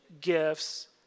gifts